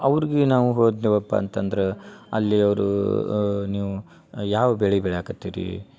ಅವ್ರ್ಗಿ ನಾವು ಹೋದ್ನೆವಪ್ಪ ಅಂತಂದ್ರ ಅಲ್ಲಿ ಅವರು ನೀವು ಯಾವ ಬೆಳಿ ಬೆಳಿಯಕತ್ತಿರೀ